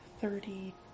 thirty